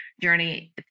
journey